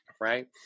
right